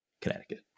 Connecticut